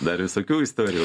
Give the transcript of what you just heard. dar visokių istorijų